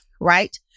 Right